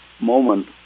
moment